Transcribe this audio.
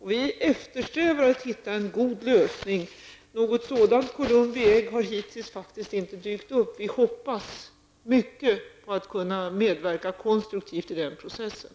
Vi eftersträvar att hitta en god lösning, men något sådant Columbi ägg har hittills faktiskt inte dykt upp. Vi hoppas mycket på att kunna medverka konstruktivt i den processen.